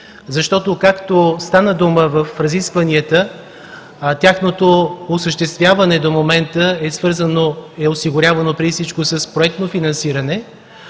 защото, както стана дума в разискванията, тяхното осъществяване до момента е осигурявано преди всичко с проектно финансиране,